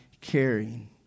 caring